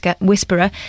whisperer